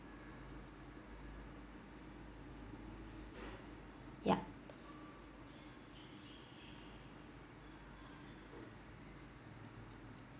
yup